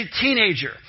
teenager